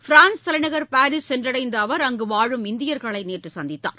France தலைநகர் Paris சென்றடைந்த அவர் அங்கு வாழும் இந்தியர்களை நேற்று சந்தித்தார்